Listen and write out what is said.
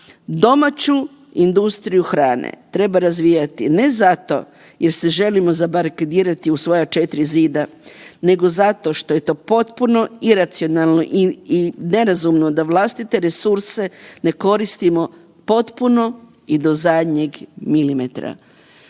Domaću industriju hrane treba razvijati ne zato jer se želimo zabarikadirati u svoja 4 zida nego zato što je to potpuno iracionalno i nerazumno da vlastite resurse ne koristimo potpuno i do zadnjeg milimetra.